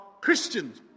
Christians